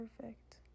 perfect